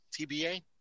TBA